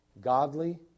godly